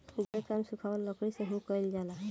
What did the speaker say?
ढेर काम सुखावल लकड़ी से ही कईल जाला